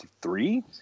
three